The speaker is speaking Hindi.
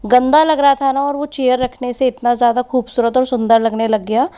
गंदा लग रहा था ना वो चेयर रखने से इतना ज़्यादा खूबसूरत और सुंदर लगने लग गया